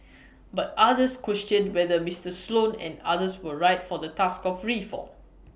but others questioned whether Mr Sloan and others were right for the task of reform